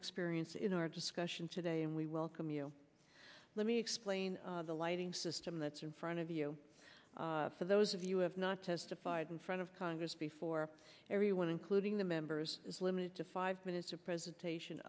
experience in our discussion today and we welcome you let me explain the lighting system that's in front of you for those of you have not testified in front of congress before everyone including the members is limited to five minutes of presentation